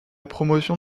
promotion